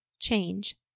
change